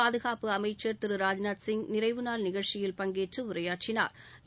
பாதுகாப்பு அமைச்சர் திரு ராஜ்நாத் சிங் நிறைவு நாள் நிகழ்ச்சியில் பங்கேற்று உரையாற்றினாா்